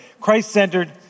Christ-centered